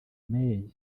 may